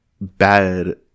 bad